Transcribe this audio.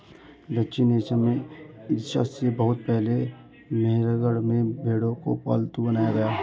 दक्षिण एशिया में ईसा से बहुत पहले मेहरगढ़ में भेंड़ों को पालतू बनाया गया